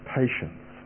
patience